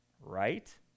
right